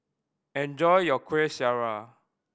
enjoy your Kuih Syara